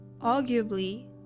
arguably